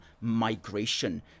migration